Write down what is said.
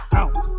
out